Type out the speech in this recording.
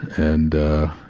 and ah,